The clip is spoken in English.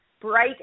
bright